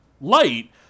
light